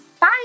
Bye